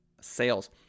sales